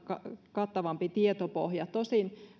kattavamman tietopohjan tosin